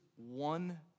one